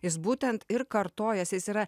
jis būtent ir kartojasi jis yra